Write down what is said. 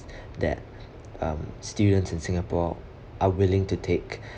that um students in singapore are willing to take